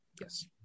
Yes